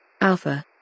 Alpha